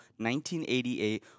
1988